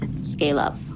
scale-up